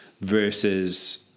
versus